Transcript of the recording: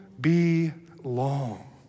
belong